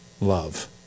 love